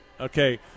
Okay